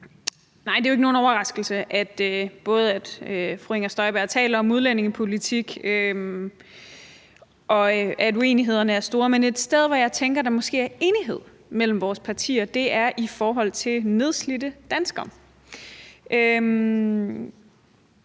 Det er jo hverken nogen overraskelse, at fru Inger Støjberg taler om udlændingepolitik, eller at uenighederne er store, men et sted, hvor jeg tænker at der måske er enighed mellem vores partier, er i forhold til nedslidte danskere.